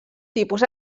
tipus